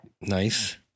nice